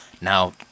now